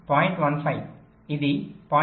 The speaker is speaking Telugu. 15 ఇది 0